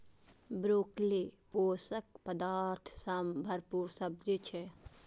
broccoli पोषक पदार्थ सं भरपूर सब्जी छियै